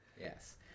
yes